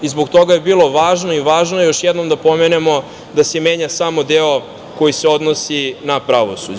Zbog toga je bilo važno i važno je još jednom da pomenemo da se menja samo deo koji se odnosi na pravosuđe.